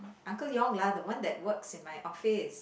uncle Yong lah the one that works in my office